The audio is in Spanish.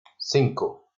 cinco